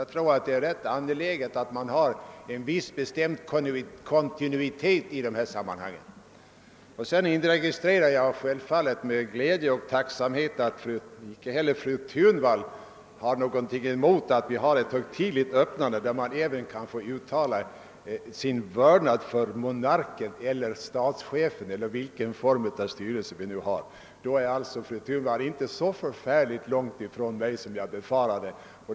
Jag tror det är angeläget att vi har en viss kontinuitet. Sedan inregistrerar jag självfallet med glädje och tacksamhet att inte heller fru Thunvall har någonting emot ett högtidligt öppnande eler att riksdagen uttalar sin vördnad för monarken eller statschefen. Då är fru Thunvall inte så långt från mig som jag befarade.